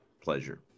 pleasure